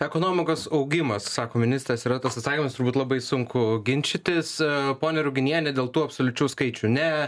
ekonomikos augimas sako ministras yra toks atsakymas turbūt labai sunku ginčytis ponia ruginiene dėl tų absoliučių skaičių ne